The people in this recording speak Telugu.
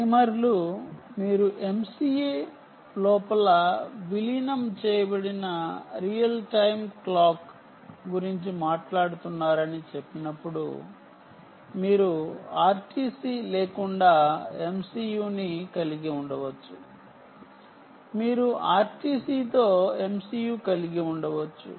టైమర్లు మీరు MCU లోపల విలీనం చేయబడిన రియల్ టైమ్ క్లాక్ గురించి మాట్లాడుతున్నారని చెప్పినప్పుడు మీరు RTC లేకుండా MCU ని కలిగి ఉండవచ్చు మీరు RTC తో MCU కలిగి ఉండవచ్చు